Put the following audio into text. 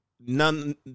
none